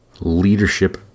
leadership